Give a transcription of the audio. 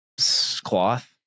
cloth